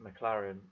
McLaren